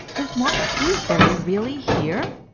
is mark shrewsbury really here?